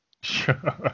Sure